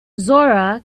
zora